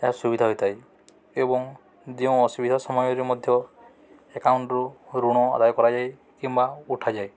ଏହା ସୁବିଧା ହୋଇଥାଏ ଏବଂ ଯେଉଁ ଅସୁବିଧା ସମୟରେ ମଧ୍ୟ ଆକାଉଣ୍ଟରୁ ଋଣ ଆଦାୟ କରାଯାଏ କିମ୍ବା ଉଠାଯାଏ